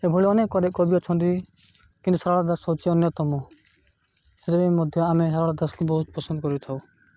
ଏଭଳି ଅନେକ କରେ କବି ଅଛନ୍ତି କିନ୍ତୁ ସାରଳ ଦାସ ହେଉଛି ଅନ୍ୟତମ ସେଥିପାଇଁ ମଧ୍ୟ ଆମେ ସାରଳ ଦାସକୁ ବହୁତ ପସନ୍ଦ କରିଥାଉ